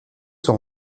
sont